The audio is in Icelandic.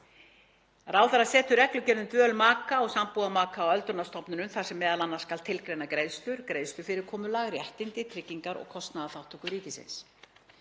„Ráðherra setur reglugerð um dvöl maka og sambúðarmaka á öldrunarstofnunum þar sem m.a. skal tilgreina greiðslur, greiðslufyrirkomulag, réttindi, tryggingar og kostnaðarþátttöku ríkisins.“